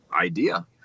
idea